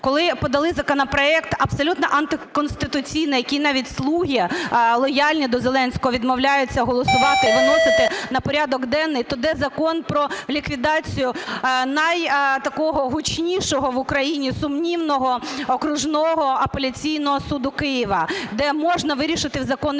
коли подали законопроект, абсолютно антиконституційний, який навіть "слуги", лояльні до Зеленського, відмовляються голосувати і виносити на порядок денний, то де закон про ліквідацію най такого гучнішого в Україні, сумнівного окружного апеляційного суду Києва, де можна вирішити в законний